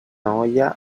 olla